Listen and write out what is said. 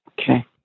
Okay